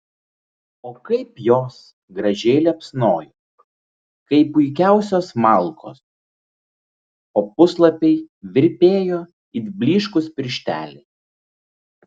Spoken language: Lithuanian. o kaip jos gražiai liepsnojo kaip puikiausios malkos o puslapiai virpėjo it blyškūs piršteliai